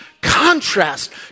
contrast